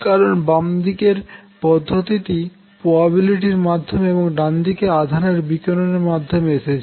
কারণ বামদিকের পদ্ধতিটি প্রোবাবিলিটির মাধ্যমে এবং ডানদিকে আধানের বিকিরণের মাধ্যমে এসেছে